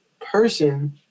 person